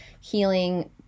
healing